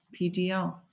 PDL